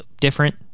different